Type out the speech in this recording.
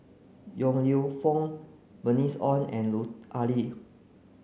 Yong Lew Foong Bernice Ong and Lut Ali